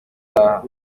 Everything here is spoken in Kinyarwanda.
ataha